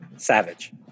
Savage